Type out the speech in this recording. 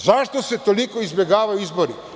Zašto se toliko izbegavaju izbori?